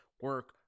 Work